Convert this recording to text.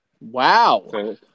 Wow